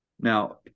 Now